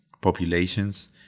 populations